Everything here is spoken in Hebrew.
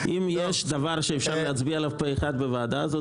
אם יש דבר שאפשר להצביע עליו פה אחד בוועדה הזאת,